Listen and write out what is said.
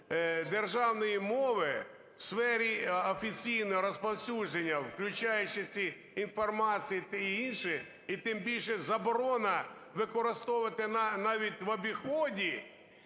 державної мови у сфері офіційного розповсюдження, включаючи інформацію та інше, і тим більше заборона використовувати навіть в обіході,